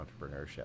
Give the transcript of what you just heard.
entrepreneurship